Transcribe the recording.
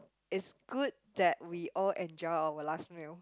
it's good that we all enjoy our last meal